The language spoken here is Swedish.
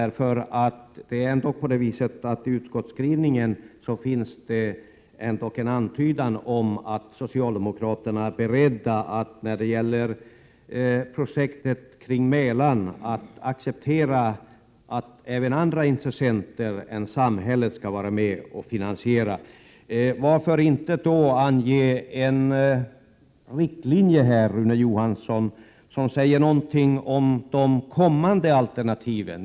I utskottets skrivning finns det ändå en antydan om att socialdemokraterna är beredda att när det gäller projektet kring Mälaren acceptera att även andra intressenter än staten skall vara med och finansiera. Varför anger då inte Rune Johansson en riktlinje här som säger någonting om de kommande alternativen?